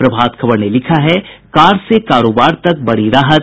प्रभात खबर ने लिखा है कार से कारोबार तक बड़ी राहत